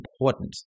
important